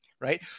Right